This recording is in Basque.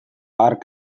hark